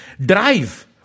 Drive